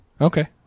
okay